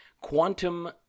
quantum